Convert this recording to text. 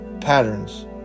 patterns